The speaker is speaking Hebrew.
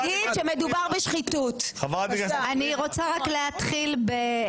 שמסבירה לך את הקונסטרוקציה הנכונה לתקן את העיוותים שפתאום גילית?